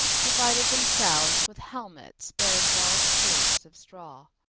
provided themselves with helmets bearing large plumes of straw.